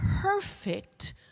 perfect